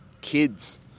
kids